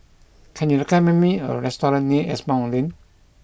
can you recommend me a restaurant near Asimont Lane